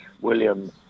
William